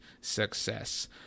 success